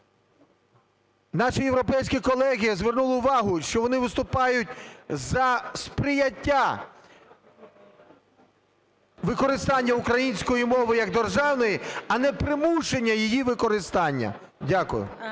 …наші європейські колеги звернули увагу, що вони виступають за сприяння використання української мови як державної, а не примушення її використання. Дякую.